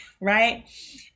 right